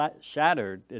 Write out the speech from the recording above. shattered